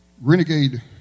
renegade